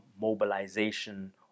mobilization